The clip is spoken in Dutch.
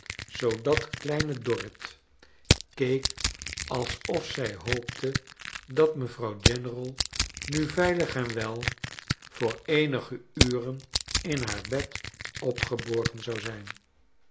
kleine dorkleine dorrit rit keek alsof zij hoopte dat mevrouw general nu veilig en wel voor eenige uren in haar bed opgeborgen zou zijn